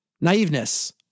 Naiveness